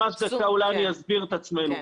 אולי אסביר את עצמי.